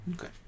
Okay